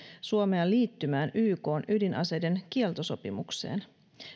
suomea liittymään ykn ydinaseiden kieltosopimukseen